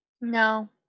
No